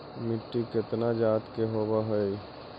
मिट्टी कितना जात के होब हय?